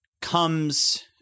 comes